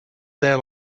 there